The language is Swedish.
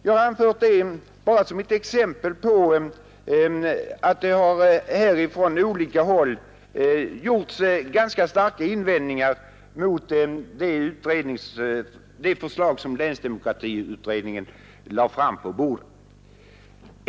Jag har anfört detta bara som ett exempel på att det från olika håll har gjorts ganska starka invändningar mot det förslag som länsdemokratiutredningen lade fram.